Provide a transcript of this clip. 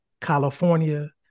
California